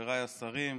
חבריי השרים,